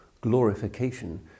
glorification